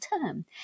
term